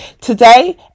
Today